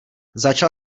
začal